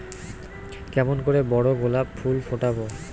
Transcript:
কেমন করে বড় গোলাপ ফুল ফোটাব?